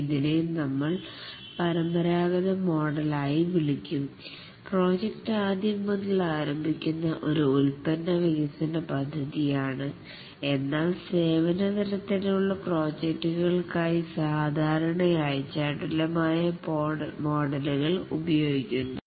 ഇതിനെ നമ്മൾ പരമ്പരാഗത മോഡൽ യായി വിളിക്കും പ്രോജക്ട് ആദ്യം മുതൽ ആരംഭിക്കുന്ന ഒരു ഉൽപ്പന്ന വികസന പദ്ധതിയാണ് ആണ് എന്നാൽ സേവന തരത്തിലുള്ള പ്രോജക്ടുകൾകായി സാധാരണയായി ചടുലമായ മോഡൽ കൾ ഉപയോഗിക്കുന്നു